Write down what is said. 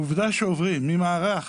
ולכן, העובדה שעוברים ממערך